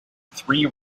three